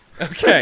okay